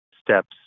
steps